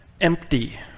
Empty